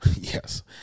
Yes